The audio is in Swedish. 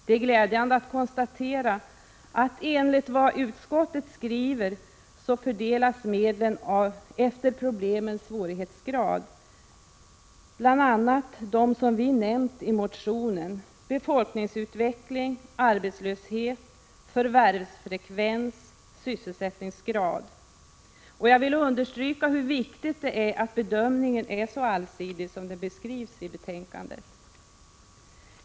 Det är glädjande att konstatera att medlen enligt vad utskottet skriver fördelas i de olika länen efter problemens svårighetsgrad och med hänsyn till många olika faktorer, bl.a. dem som vi nämnt i motionen: befolkningsutveckling, arbetslöshet, förvärvsfrekvens och sysselsättningsgrad. Jag vill understryka hur viktigt det är att bedömningen är så allsidig som den är i betänkandet.